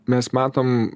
mes matom